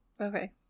Okay